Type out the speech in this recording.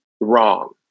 wrong